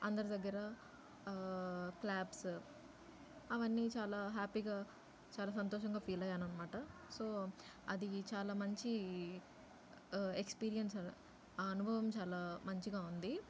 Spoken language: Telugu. అందరి దగ్గర క్లాప్స్ అవన్నీ చాలా హ్యాపీగా చాలా సంతోషంగా ఫీల్ అయ్యాను అన్నమాట సో అది చాలా మంచి ఎక్స్పీరియన్స్ ఆ అనుభవం చాలా మంచిగా ఉంది